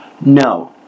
no